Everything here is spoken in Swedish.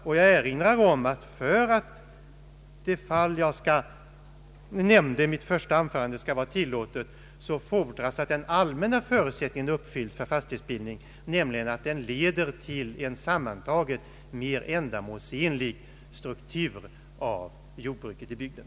Jag vill erinra om att för att det — som jag nämnde i mitt första anförande — skall vara tillåtet, fordras att den allmänna förutsättningen för fastighetsbildning är uppfylld, nämligen att den sammantaget leder till en mer ändamålsenlig struktur av jordbruket i bygden.